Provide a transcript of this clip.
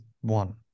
one